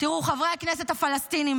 חברי הכנסת הפלסטינים,